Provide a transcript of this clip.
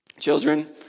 Children